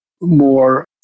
more